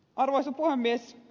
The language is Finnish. arvoisa puhemies